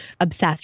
obsessed